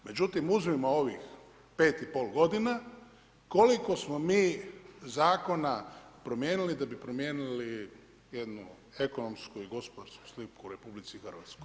Međutim uzmimo ovih 5,5 godina koliko smo mi zakona promijenili da bi promijenili jednu ekonomsku i gospodarsku sliku u RH?